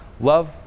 love